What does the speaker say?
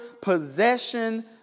possession